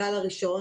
אבל חשוב לא פחות,